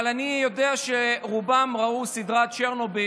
אבל אני יודע שרובם ראו את הסדרה צ'רנוביל,